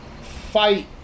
fight